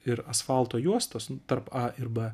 ir asfalto juostos tarp a ir b